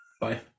Bye